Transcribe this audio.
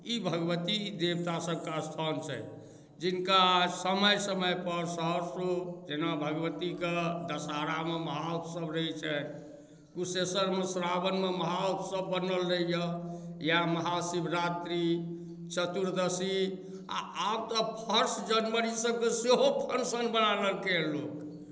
ई भगवती देवतासभके स्थान छनि जिनका समय समयपर सहर्षो जेना भगवतीके दशहरामे महा उत्सव रहै छनि कुशेश्वरमे श्रावणमे महा उत्सव बनल रहैए या महा शिवरात्रि चतुर्दशी आ आब तऽ फर्स्ट जनवरी सभके सेहो फंक्शन बना लेलकैए लोक